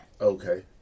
Okay